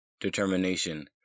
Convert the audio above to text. determination